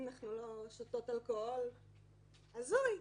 אנחנו לא שותות אלכוהול, הזוי.